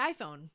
iPhone